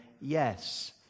yes